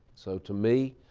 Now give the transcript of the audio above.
so to me,